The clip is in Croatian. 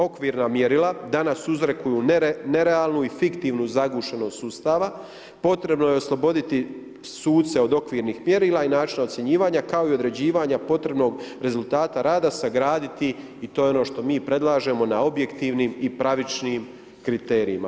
Okvirna mjerila danas uzrokuju nerealnu i fiktivnu zagušenost sustava, potrebno je osloboditi suce od okvirnih mjerila i način ocjenjivanja kao i određivanja potrebnog rezultata rada sagraditi i to je ono što mi predlažemo na objektivnim i pravničkim kriterijima.